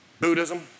Buddhism